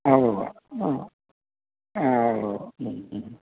ആ ഊവ്വുവ്വ് ആ ഊവ്വ് ഉം ഉം